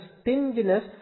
stinginess